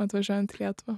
atvažiuojant į lietuvą